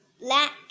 Black